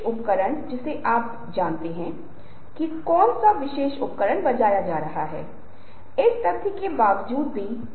आपके पास एक ग्रुप डिस्कशन है जहाँ हर कोई शांत है हर कोई मस्तिष्क से बात कर रहा है तो आप उस विशेष तरीके से व्यवहार करते हैं